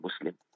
Muslim